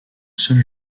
seul